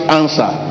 answer